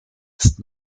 ist